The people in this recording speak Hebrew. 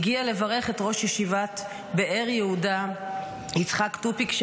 הגיע לברך את ראש ישיבת באר יהודה יצחק טופיק,